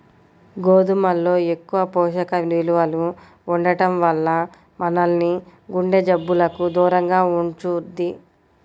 గోధుమల్లో ఎక్కువ పోషక విలువలు ఉండటం వల్ల మనల్ని గుండె జబ్బులకు దూరంగా ఉంచుద్ది